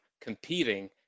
competing